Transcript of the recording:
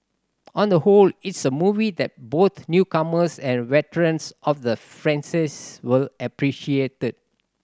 on the whole it's a movie that both newcomers and veterans of the will appreciate